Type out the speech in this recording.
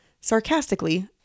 sarcastically